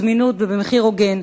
זמינות ובמחיר הוגן,